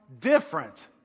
different